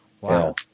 Wow